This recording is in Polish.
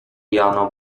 jano